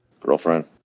girlfriend